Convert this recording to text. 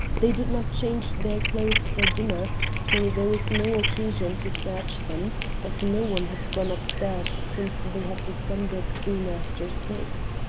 they did not change their clothes for dinner, so there was no occasion to search them, as no one had gone upstairs since they had descended soon after six.